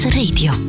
radio